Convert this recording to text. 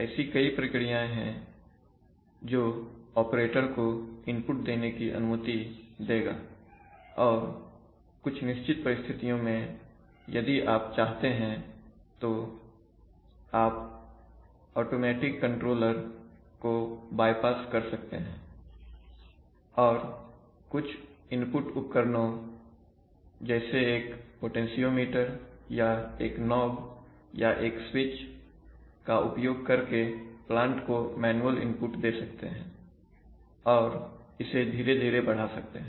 ऐसी कई प्रक्रियाएं हैं जो ऑपरेटर को इनपुट देने की अनुमति देगा और कुछ निश्चित परिस्थितियों में यदि आप चाहते हैं तो आप ऑटोमेटिक कंट्रोलर को बाइपास कर सकते हैं और कुछ इनपुट उपकरणों जैसे एक पोटेंशियोमीटर या एक नॉब या एक स्विच का उपयोग करके प्लांट को मैनुअल इनपुट दे सकते हैं और इसे धीरे धीरे बढ़ा सकते हैं